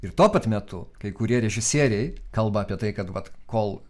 ir tuo pat metu kai kurie režisieriai kalba apie tai kad vat kol